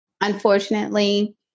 unfortunately